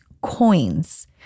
coins